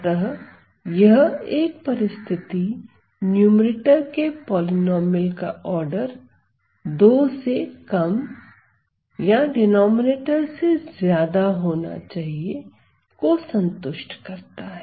अतः एक परिस्थिति न्यूमैरेटर के पॉलिनॉमियल का आर्डर 2 से कम या डिनॉमिनेटर से ज्यादा होना चाहिए को संतुष्ट करता है